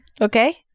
Okay